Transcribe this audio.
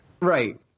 Right